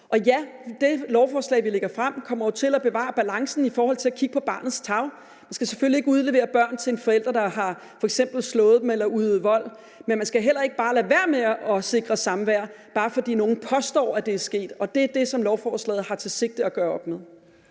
Og ja, det lovforslag, vi lægger frem, kommer jo til at bevare balancen i forhold til at kigge på barnets tarv. Man skal selvfølgelig ikke udlevere børn til en forælder, der f.eks. har slået dem eller udøvet vold. Men man skal heller ikke bare lade være med at sikre samvær, bare fordi nogen påstår, at det er sket. Det er det, som lovforslaget har til hensigt at gøre op med.